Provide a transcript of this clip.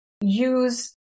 use